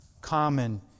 common